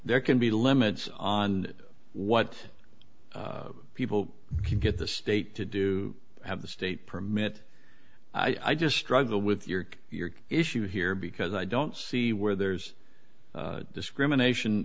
there can be limits on what people can get the state to do have the state permit i just struggle with your your issue here because i don't see where there's discrimination